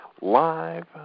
live